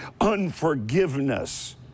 unforgiveness